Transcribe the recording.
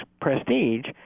prestige